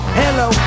hello